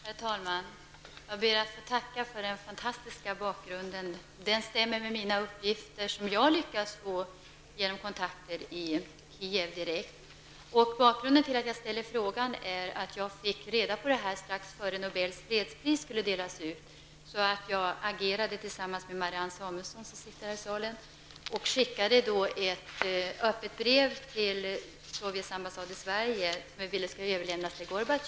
Herr talman! Jag ber att få tacka för den fantastiska bakgrunden. Det stämmer med mina uppgifter som jag har lyckats få genom mina kontakter i Kijev. Att jag ställer frågan beror på att jag fick reda på detta strax före det att Nobels fredspris skulle delas ut. Jag agerade tillsammans med Marianne Samuelsson, som sitter här i salen, och skickade ett öppet brev till den sovjetiska ambassaden i Sverige för att sedan överlämnas till Gorbatjov.